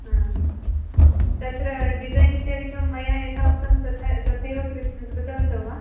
हा तत्र डिज़ैन् इत्यादिकं मया यथा उक्तं तथा तथैव कृत् कृतवन्तो वा